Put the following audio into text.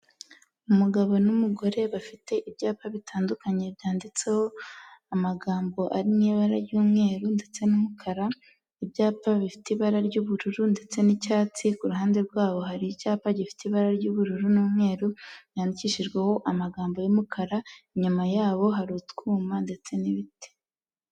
Umugabo n'umugore bafite ibyapa bitandukanye byanditseho, amagambo ari n ibara ry'umweru ndetse n'umukara, ibyapa bifite ibara ry'ubururu ndetse n'icyatsi, ku ruhande rwabo hari icyapa gifite ibara ry'ubururu n'umweru, byandikishijweho amagambo y'umukara, inyuma yabo hari utwuma ndetse n'ibiti.